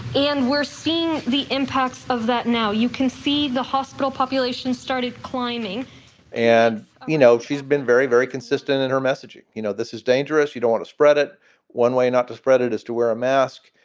and we're seeing the impacts of that. now you can see the hospital population started climbing and, you know, she's been very, very. assistant in her message. you you know, this is dangerous. you do want to spread it one way not to spread it is to wear a mask.